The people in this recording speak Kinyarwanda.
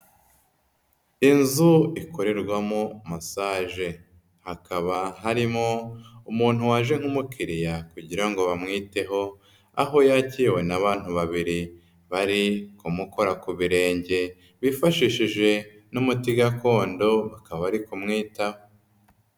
Inzu ikorerwamo masaje hakaba harimo umuntu waje nk'umukiriya kugira ngo bamwiteho aho yakiriwe n'abantu babiri bari kumukora ku birenge bifashishijwe n'umuti gakondo, bakaba bari kumwitaho.